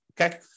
Okay